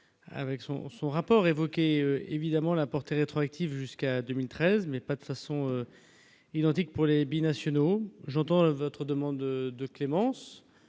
avec son son rapport évoqué évidemment la portée rétroactive jusqu'à 2013, mais pas de façon identique pour les binationaux j'entends votre demande de clémence,